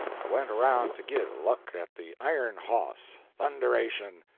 i went around to git a look at the iron hoss. thunderation!